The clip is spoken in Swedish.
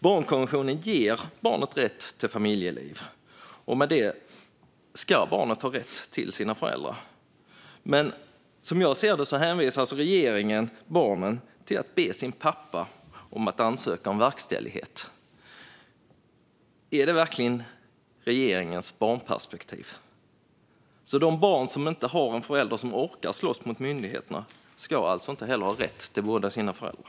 Barnkonventionen ger barnet rätt till familjeliv, och med det ska barnet ha rätt till sina föräldrar. Men som jag ser det hänvisar regeringen alltså barn till att be sin pappa att ansöka om verkställighet. Är det verkligen regeringens barnperspektiv - att de barn som inte har en förälder som orkar slåss mot myndigheterna inte heller ha ska rätt till båda sina föräldrar?